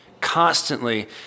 constantly